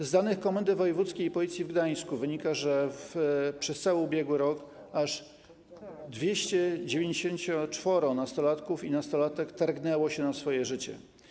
Z danych Komendy Wojewódzkiej Policji w Gdańsku wynika, że przez cały ubiegły rok aż 294 nastolatków i nastolatek targnęło się na własne życie.